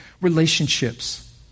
relationships